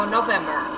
November